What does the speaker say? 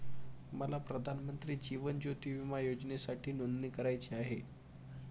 मला प्रधानमंत्री जीवन ज्योती विमा योजनेसाठी नोंदणी करायची आहे